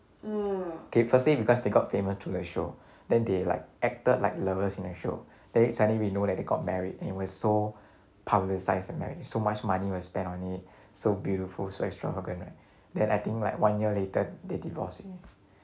okay firstly because they got famous through the show then they like acted like lovers in the show then suddenly we know that they got married and was so publicised the marriage so much money to spend on it so beautiful so extravagant right then I think like one year later they divorcing